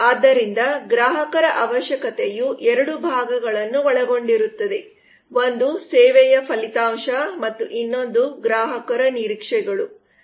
ಆದ್ದರಿಂದ ಗ್ರಾಹಕರ ಅವಶ್ಯಕತೆಯು 2 ಭಾಗಗಳನ್ನು ಒಳಗೊಂಡಿರುತ್ತದೆ ಒಂದು ಸೇವೆಯ ಫಲಿತಾಂಶ ಮತ್ತು ಇನ್ನೊಂದು ಗ್ರಾಹಕರ ನಿರೀಕ್ಷೆಗಳು